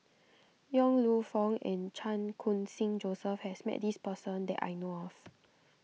Yong Lew Foong and Chan Khun Sing Joseph has met this person that I know of